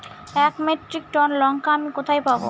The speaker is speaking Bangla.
এক মেট্রিক টন লঙ্কা আমি কোথায় পাবো?